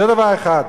זה דבר אחד.